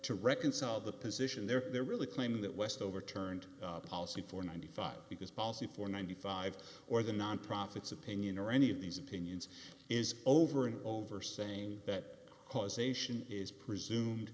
to reconcile the position there there really claiming that west overturned policy for ninety five because policy for ninety five or the non profits opinion or any of these opinions is over and over saying that causation is presumed